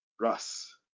Russ